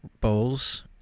bowls